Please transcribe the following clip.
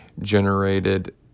generated